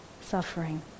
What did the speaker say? suffering